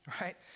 right